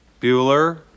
Bueller